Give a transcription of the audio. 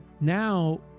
now